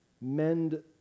Mend